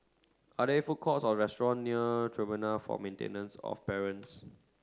are there food courts or restaurants near Tribunal for Maintenance of Parents